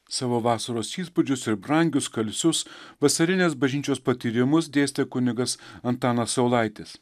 savo vasaros įspūdžius ir brangius skalsius vasarinės bažnyčios patyrimus dėstė kunigas antanas saulaitis